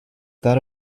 that